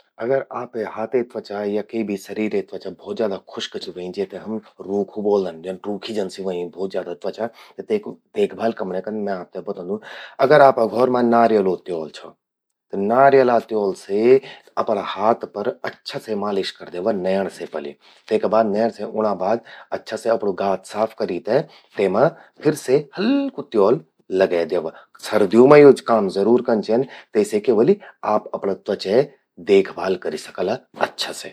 अगर आपे हाथे त्वचा या के भी सरीरे त्वचा खुश्क चि व्हयीं, जेते हम रुखु ब्वोलदन। रूखी जन सि व्हंयीं भौत जादा त्वचा, त तेकु देखभाल कमण्यें कन, मैं आपते बतौंदू। अगर आपा घौर मां नारियलो त्यौल छौ, नारियला त्यौल से अपरा हाथ पर अच्छा से मालिश कर द्यवा नयणं से पलि। तेका बाद नयंण से ऊंणा बाद, अच्छा से अपरु गात साफ करि ते, तेमा फिर से हल्कू सू त्यौल लगे द्यवा। सर्द्यूं मां यो काम जरूर कन चेंद। तेसे क्या वलु, आप अपरि त्वचै देखभाल कर सकला अच्छा से।